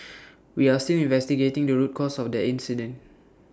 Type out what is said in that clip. we are still investigating the root cause of the incident